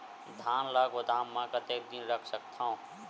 धान ल गोदाम म कतेक दिन रख सकथव?